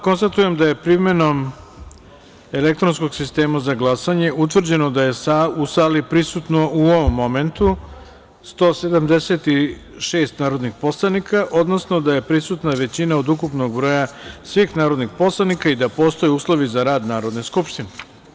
Konstatujem da je primenom elektronskom sistema za glasanje utvrđeno da je u sali prisutno, u ovom momentu, 176 narodnih poslanika, odnosno da je prisutna većina od ukupnog broja svih narodnih poslanika i da postoje uslovi za rad Narodne skupštine.